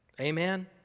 Amen